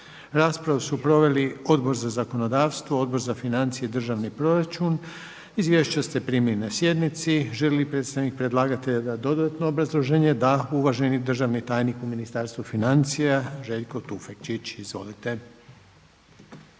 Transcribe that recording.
Raspravu su proveli Odbor za zakonodavstvo, Odbor za financije i državni proračun. Izvješća ste primili na sjednici. Želi li predstavnik predlagatelja dati dodatno obrazloženje? Da. Uvaženi državni tajnik u ministarstvu financija Željko Tufekčić. Izvolite.